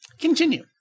Continue